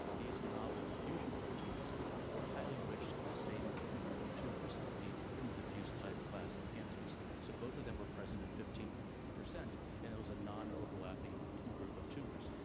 these novel fusion proteins were highly enriched in the same and group of tumors, the diffused type class of cancers, so both of them were present in fifteen percent, and it was a non-overlapping and group of tumors.